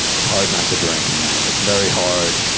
it's hard not to drink man. it's very hard.